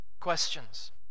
questions